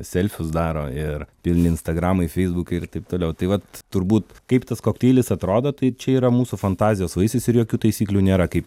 selfius daro ir pilni instagramai feisbukai ir taip toliau tai vat turbūt kaip tas kokteilis atrodo tai čia yra mūsų fantazijos vaisius ir jokių taisyklių nėra kaip